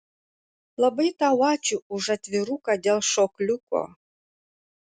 labai tau ačiū už atviruką dėl šokliuko